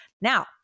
Now